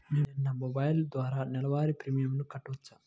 నేను నా మొబైల్ ద్వారా కూడ నెల వారి ప్రీమియంను కట్టావచ్చా?